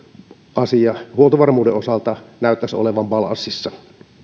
asia huoltovarmuuden osalta näyttäisi olevan suhtkoht balanssissa